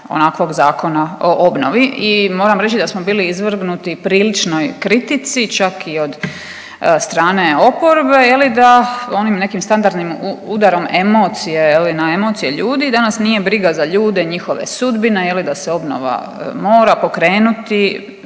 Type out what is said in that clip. onakvog zakona o obnovi i moram reći da smo bili izvrgnuti priličnoj kritici, čak i od strane oporbe, je li, da onim nekim standardnim udarom emocije, je li, na emocije ljude da nas nije briga za ljude i njihove sudbine, je li, da se obnova mora pokrenuti